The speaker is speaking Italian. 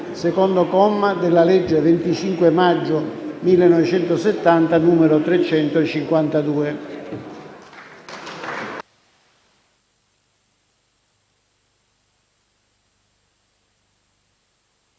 secondo comma, della legge 25 maggio 1970 n. 352.